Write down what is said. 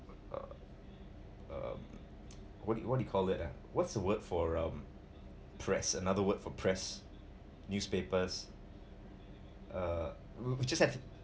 uh uh what do you what do you call it uh what's the word for um press another word for press newspapers uh we just have